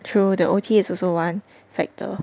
true the O_T is also one factor